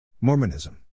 Mormonism